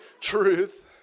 truth